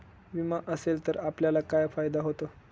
विमा असेल तर आपल्याला काय फायदा होतो?